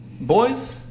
Boys